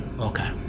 Okay